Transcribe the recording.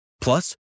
Plus